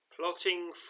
Plotting